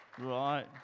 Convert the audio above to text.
Right